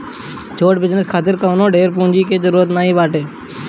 छोट बिजनेस खातिर कवनो ढेर पूंजी के जरुरत नाइ बाटे